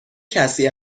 کسی